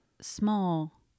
small